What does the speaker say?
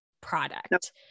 product